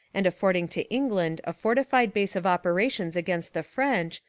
and affording to england a fortified base of operations against the french,